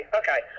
okay